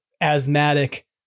asthmatic